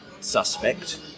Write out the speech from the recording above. suspect